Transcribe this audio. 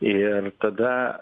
ir tada